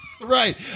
Right